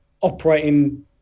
operating